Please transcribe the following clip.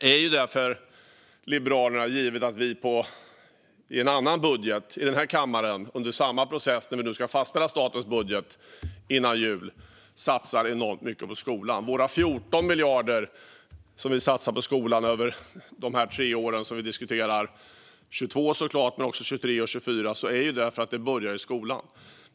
I en annan budget, som hade kunnat antas i den här kammaren, satsar Liberalerna i samma process, där vi före jul ska fastställa statens budget, enormt mycket på skolan. Vi satsar 14 miljarder på skolan över de tre år som diskuteras, såklart 2022 men också 2023 och 2024. Det gör vi därför att det börjar i skolan.